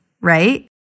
right